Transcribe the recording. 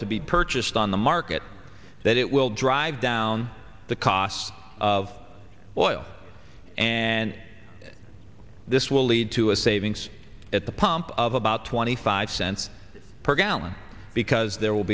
to be purchased on the market that it will drive down the cost of oil and this will lead to a savings at the pump twenty five cents per gallon because there will